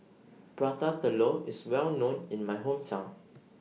Prata Telur IS Well known in My Hometown